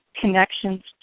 connections